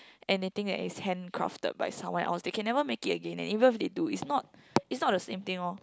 anything that is handcrafted by someone else they can never make it again leh even if they do it's not it's not the same thing orh